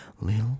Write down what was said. little